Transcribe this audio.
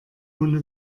ohne